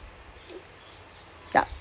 yup